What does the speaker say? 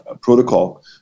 protocol